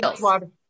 water